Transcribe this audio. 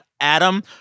Adam